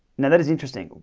now that is interesting.